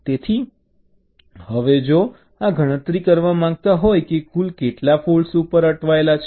તેથી હવે જો તમે ગણતરી કરવા માંગતા હોવ કે કુલ કેટલા ફૉલ્ટ્સ ઉપર અટવાયેલા છે